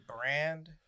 brand